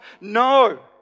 No